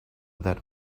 that